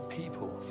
people